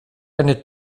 eine